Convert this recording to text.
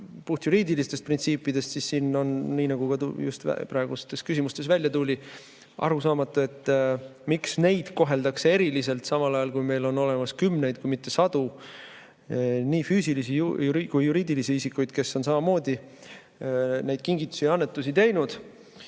puhtjuriidilistest printsiipidest, siis siin on, nii nagu ka praegustest küsimustest välja tuli, arusaamatu, miks neid koheldakse eriliselt, samal ajal kui meil on olemas kümneid kui mitte sadu füüsilisi ja ka juriidilisi isikuid, kes on samamoodi neid kingitusi ja annetusi teinud.